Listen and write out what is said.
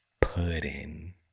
pudding